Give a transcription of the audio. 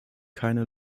keine